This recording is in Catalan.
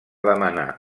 demanar